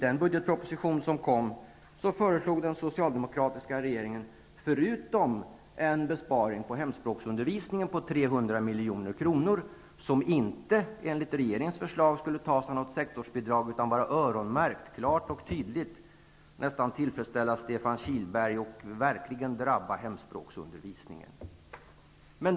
I budgetpropositionen föreslog den socialdemokratiska regeringen en besparing på hemspråksundervisningen med 300 milj.kr., som enligt regeringens förslag inte skulle tas från något sektorsbidrag utan klart och tydligt skulle öronmärkas -- något som nästan skulle tillfredsställa Stefan Kihlberg -- och verkligen drabba hemspråksundervisningen.